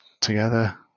together